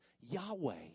Yahweh